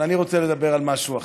אבל אני רוצה לדבר על משהו אחר.